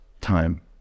time